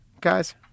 guys